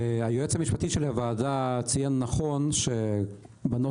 היועץ המשפטי של הוועדה ציין נכון שבנוסח